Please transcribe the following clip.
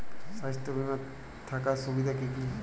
স্বাস্থ্য বিমা থাকার সুবিধা কী কী?